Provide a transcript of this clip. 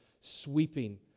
sweeping